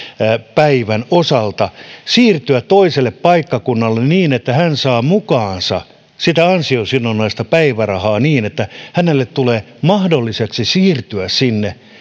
päivän osalta siirtyä toiselle paikkakunnalle niin että hän saa mukaansa sitä ansiosidonnaista päivärahaa niin että hänelle tulee mahdolliseksi siirtyä sinne